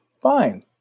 fine